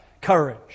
courage